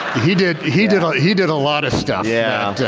he did. he did ah he did a lot of stuff. yeah,